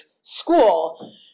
school